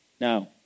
Now